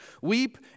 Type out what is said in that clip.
Weep